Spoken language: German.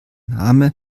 name